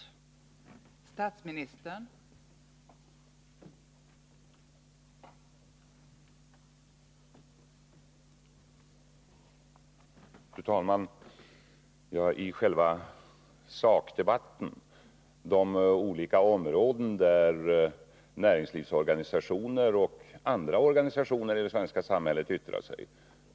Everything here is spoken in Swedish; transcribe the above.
syn på vissa uttalanden av företagens intresseorga